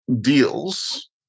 deals